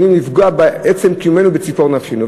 יכולים לפגוע בעצם קיומנו ובציפור נפשנו.